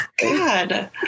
god